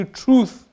truth